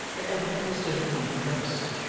and evidently stood in need of rest.